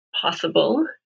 possible